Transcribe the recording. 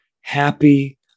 happy